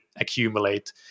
accumulate